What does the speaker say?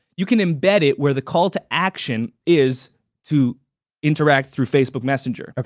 you can embed it where the call to action is to interact through facebook messenger.